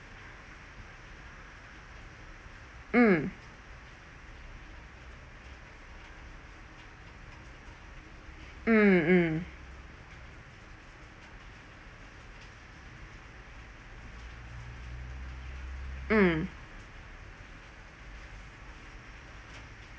mm mm mm mm